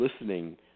listening